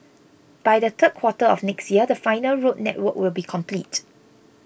by the third quarter of next year the final road network will be complete